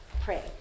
pray